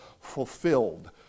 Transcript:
fulfilled